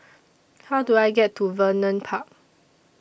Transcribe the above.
How Do I get to Vernon Park